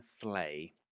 Flay